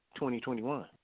2021